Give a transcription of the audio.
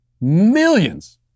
Millions